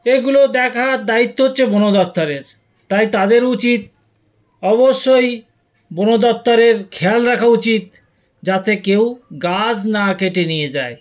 এগুলো দেখার দায়িত্ব হচ্ছে বন দপ্তরের তাই তাদের উচিত অবশ্যই বন দপ্তরের খেয়াল রাখা উচিত যাতে কেউ গাছ না কেটে নিয়ে যায়